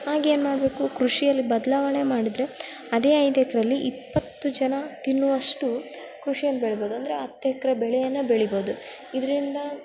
ಆಗೇನು ಮಾಡಬೇಕು ಕೃಷಿಯಲ್ಲಿ ಬದಲಾವಣೆ ಮಾಡಿದರೆ ಅದೇ ಐದು ಎಕ್ರೆಲ್ಲಿ ಇಪ್ಪತ್ತು ಜನ ತಿನ್ನುವಷ್ಟು ಕೃಷಿಯನ್ನು ಬೆಳೆಬೋದು ಅಂದರೆ ಹತ್ತು ಎಕ್ರೆ ಬೆಳೆಯನ್ನು ಬೆಳಿಬೋದು ಇದರಿಂದ